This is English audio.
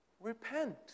repent